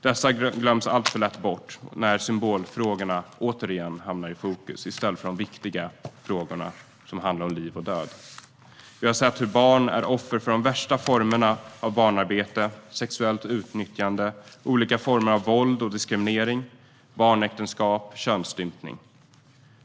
Barn glöms alltför lätt bort när symbolfrågorna återigen hamnar i fokus i stället för de viktiga frågorna som handlar om liv och död. Vi har sett hur barn blir offer för de värsta formerna av barnarbete, sexuellt utnyttjande, olika former av våld och diskriminering, barnäktenskap och könsstympning.